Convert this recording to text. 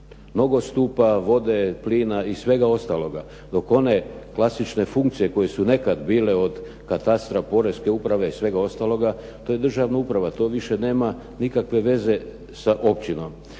nogostupa, vode, plina i svega ostaloga, dok one klasične funkcije koje su nekad bile od katastra, poreske uprave i svega ostaloga, to je državna uprava, to više nema nikakve veze sa općinom.